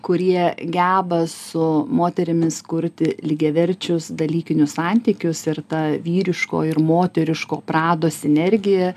kurie geba su moterimis kurti lygiaverčius dalykinius santykius ir tą vyriško ir moteriško prado sinergija